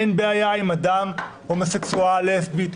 אין בעיה עם אדם הומוסקסואל או לסבית,